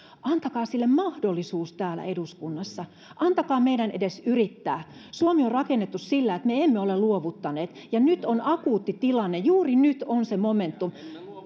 antakaa sille mahdollisuus täällä eduskunnassa antakaa meidän edes yrittää suomi on rakennettu sillä että me emme ole luovuttaneet ja nyt on akuutti tilanne juuri nyt on se momentum